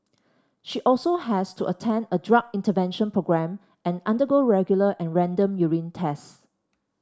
she also has to attend a drug intervention programme and undergo regular and random urine tests